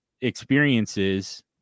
experiences